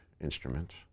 instruments